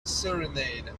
serenade